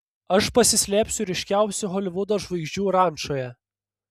aš pasislėpsiu ryškiausių holivudo žvaigždžių rančoje